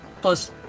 Plus